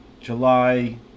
July